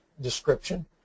description